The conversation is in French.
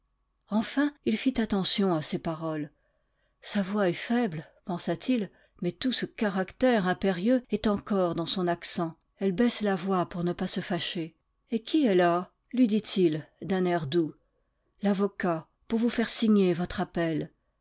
enfin il fit attention à ces paroles sa voix est faible pensa-t-il mais tout ce caractère impérieux est encore dans son accent elle baisse la voix pour ne pas se fâcher et qui est là lui dit-il d'un air doux l'avocat pour vous faire signer votre appel